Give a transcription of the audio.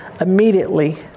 immediately